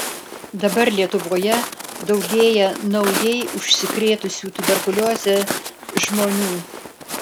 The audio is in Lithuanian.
dabar lietuvoje daugėja naujai užsikrėtusių tuberkulioze žmonių